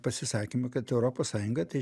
pasisakymu kad europos sąjunga tai